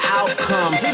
outcome